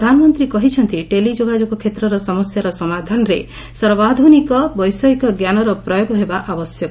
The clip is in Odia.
ପ୍ରଧାନମନ୍ତ୍ରୀ କହିଛନ୍ତି ଟେଲି ଯୋଗାଯୋଗ କ୍ଷେତ୍ରର ସମସ୍ୟାର ସମାଧାନରେ ସର୍ବାଧୁନିକ ବୈଷୟିକ ଜ୍ଞାନର ପ୍ରୟୋଗ ହେବା ଆବଶ୍ୟକ